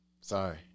Sorry